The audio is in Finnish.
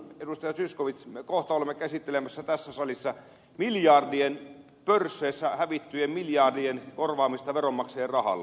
zyskowicz me kohta olemme käsittelemässä tässä salissa pörsseissä hävittyjen miljardien korvaamista veronmaksajan rahalla